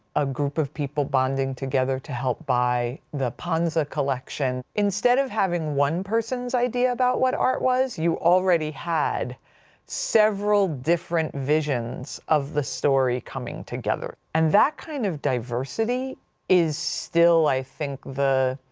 a group of people bonding together to help by the panza collection. instead of having one person's idea about what art was, you already had several different visions of the story coming together. and that kind of diversity is still i think the,